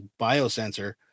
biosensor